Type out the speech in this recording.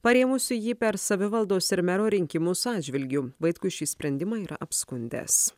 parėmusių jį per savivaldos ir mero rinkimus atžvilgiu vaitkus šį sprendimą yra apskundęs